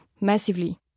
massively